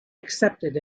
accepted